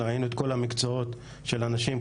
ראינו את כל המקצועות של הנשים,